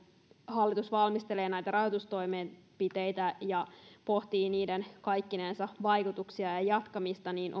hallitus valmistelee näitä rajoitustoimenpiteitä ja pohtii kaikkinensa niiden vaikutuksia ja jatkamista niin